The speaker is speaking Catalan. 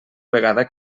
vegada